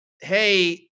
hey